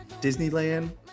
Disneyland